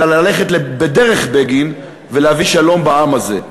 אלא ללכת בדרך בגין ולהביא שלום בעם הזה.